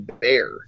bear